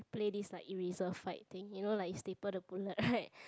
play this like eraser fight thing you know like staple the bullet right